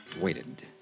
waited